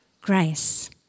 grace